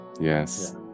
yes